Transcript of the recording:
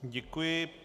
Děkuji.